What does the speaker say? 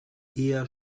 eher